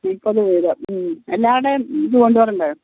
മുപ്പത് രൂപ മ് എല്ലാവരുടെയും ഇത് കൊണ്ടുവരണ്ടേ